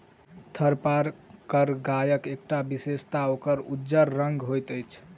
थारपारकर गायक एकटा विशेषता ओकर उज्जर रंग होइत अछि